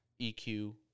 EQ